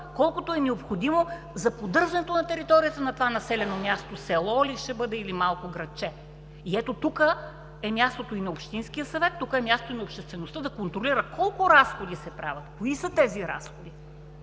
колкото е необходимо за поддържането на територията на това населено място – село ли ще бъде, или малко градче. И ето тук е мястото и на общинския съвет, тук е мястото и на обществеността да контролира колко разходи се правят, кои са тези разходи.